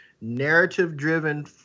narrative-driven